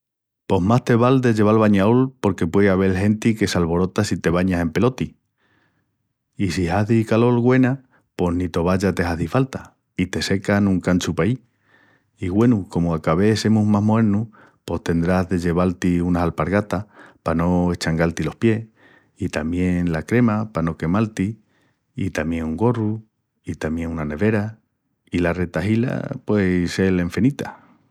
Pos más te val de lleval bañaol porque puei avel genti que s'alvorota si te bañas empeloti. I si hazi calol güena pos ni tovalla te hazi falta i te secas en un canchu paí. I güenu, comu a ca vés semus más moernus pos tendrás de lleval-ti unas alpargatas pa no eschangal-ti los pies i tamién la crema pa no quemal-ti, i tamién un gorru i tamién una nevera i la retahila puei sel enfinita.